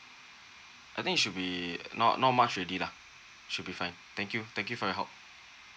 I think it should be not not much already lah should be fine thank you thank you for your help